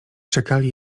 czekali